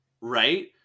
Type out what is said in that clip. Right